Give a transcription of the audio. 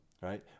right